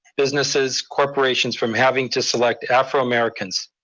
businesses, corporations, from having to select afro-americans.